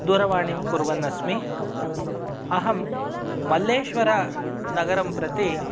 दूरवाणीं कुर्वन् अस्मि अहं मल्लेश्वरनगरं प्रति